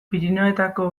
pirinioetako